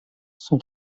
son